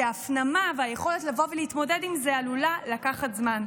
כי ההפנמה והיכולת לבוא ולהתמודד עם זה עלולות לקחת זמן.